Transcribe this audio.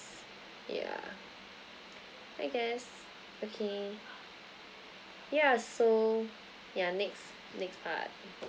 yeah I guess okay ya so ya next next part